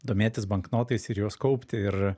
domėtis banknotais ir juos kaupti ir